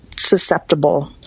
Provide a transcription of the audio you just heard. susceptible